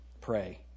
pray